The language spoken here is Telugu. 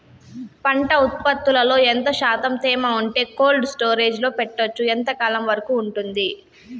పంట ఉత్పత్తులలో ఎంత శాతం తేమ ఉంటే కోల్డ్ స్టోరేజ్ లో పెట్టొచ్చు? ఎంతకాలం వరకు ఉంటుంది